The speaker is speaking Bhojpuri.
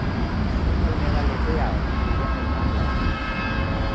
सुखल मेवा लेते आव पूजा में काम लागी